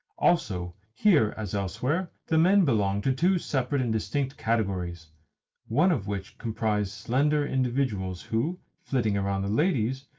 also here, as elsewhere, the men belonged to two separate and distinct categories one of which comprised slender individuals who, flitting around the ladies,